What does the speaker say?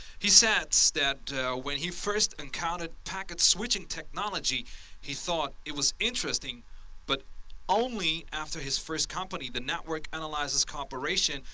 he says that when he first encountered packet switching technology he thought it was interesting but only after his first company, the network and like analysis corporation,